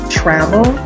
travel